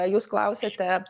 jūs klausėte